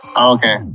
Okay